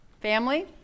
Family